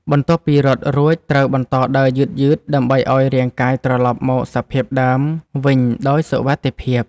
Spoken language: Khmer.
បន្ទាប់ពីរត់រួច ត្រូវបន្តដើរយឺតៗ ដើម្បីឱ្យរាងកាយត្រលប់មកសភាពដើមវិញដោយសុវត្ថិភាព។